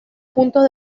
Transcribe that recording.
puntos